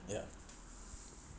yeah